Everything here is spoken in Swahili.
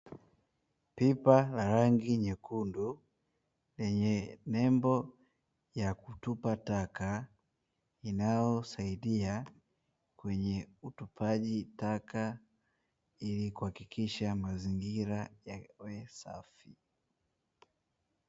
Pipa la rangi nyekundu lenye nembo ya kutupa taka inayosaidia kwenye utupaji taka ili kuhakikisha mazingira yanakuwa safi.